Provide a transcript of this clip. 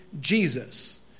Jesus